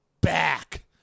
back